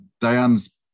Diane's